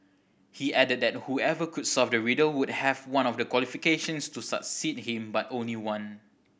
he added that whoever could solve the riddle would have one of the qualifications to succeed him but only one